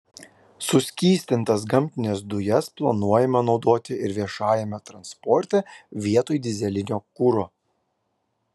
suskystintas gamtines dujas planuojama naudoti ir viešajame transporte vietoj dyzelinio kuro